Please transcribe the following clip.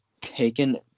taken